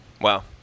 Wow